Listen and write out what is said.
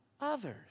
others